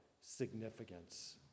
significance